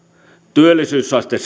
työllisyysaste